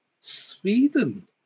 Sweden